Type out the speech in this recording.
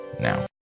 now